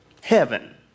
Heaven